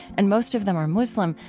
and most of them are muslim,